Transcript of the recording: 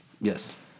Yes